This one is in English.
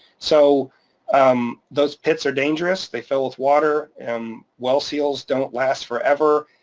so um those pits are dangerous, they fill with water. and well seals don't last forever.